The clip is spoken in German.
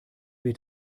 weht